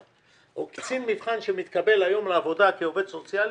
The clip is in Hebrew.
קצין מבחן שמתקבל היום לעבודה כעובד סוציאלי,